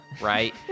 right